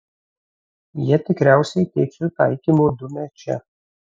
jie tikriausiai tiesiu taikymu dumia čia